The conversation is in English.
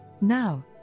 Now